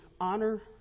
honor